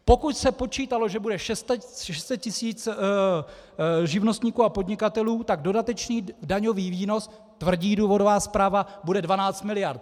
Pokud se počítalo, že bude 600 tisíc živnostníků a podnikatelů, tak dodatečný daňový výnos, tvrdí důvodová zpráva, bude 12 miliard.